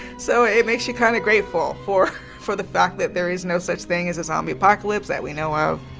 so it makes you kind of grateful for for the fact that there is no such thing as a zombie apocalypse that we know of,